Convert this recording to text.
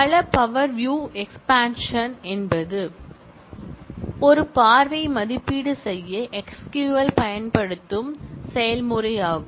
பல power view expansion என்பது ஒரு பார்வையை மதிப்பீடு செய்ய எஸ்க்யூஎல் பயன்படுத்தும் செயல்முறையாகும்